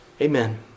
Amen